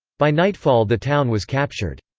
by nightfall the town was captured.